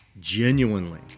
genuinely